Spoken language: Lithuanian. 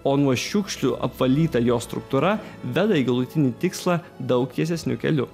o nuo šiukšlių apvalyta jo struktūra veda į galutinį tikslą daug tiesesniu keliu